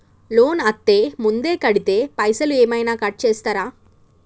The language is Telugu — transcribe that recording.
లోన్ అత్తే ముందే కడితే పైసలు ఏమైనా కట్ చేస్తరా?